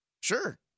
Sure